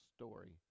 story